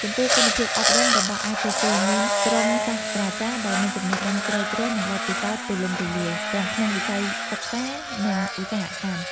ចំពោះ គុណភាពអប់រំរបស់ITC មានក្រុមសាស្ត្រាចារ្យដែលមានចំណេះដឹងជ្រៅជ្រះ និងបទពិសោធន៍ទូលំទូលាយ ទាំងក្នុងវិស័យសិក្សា និងឧស្សាហកម្ម។